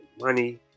money